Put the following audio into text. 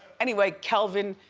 anyway, kelvin,